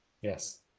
Yes